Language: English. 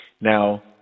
Now